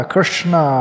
Krishna